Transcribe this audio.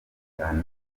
cyane